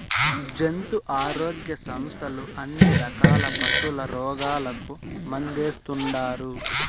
జంతు ఆరోగ్య సంస్థలు అన్ని రకాల పశుల రోగాలకు మందేస్తుండారు